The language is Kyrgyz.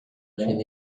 чейин